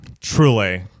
Truly